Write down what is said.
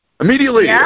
immediately